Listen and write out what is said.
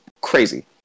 crazy